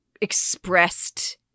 expressed